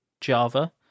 Java